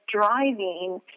driving